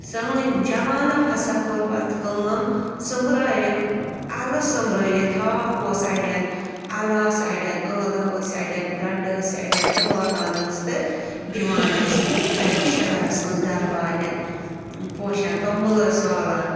سٲنۍ جوانو ہسا کوٚر پَتہٕ کٲم سُمٛبرٲوِکھ اَلہٕ سُمٛرٲوِتھ ہاکھ اوس اَڑٮ۪ن اَلہٕ آسہٕ اَڑٮ۪ن ٲلوٕ ٲسۍ اَڑٮ۪ن گَنٛڈٕ ٲسۍ اَڑٮ۪ن تہٕ والان ٲسۍ تہٕ دِوان ٲسۍ تَتہِ شہرَس منٛز گَرٕ والٮ۪ن پوشان توٚمُل ٲسۍ والان